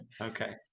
okay